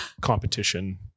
competition